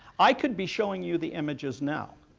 i could be showing you the images now.